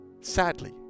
Sadly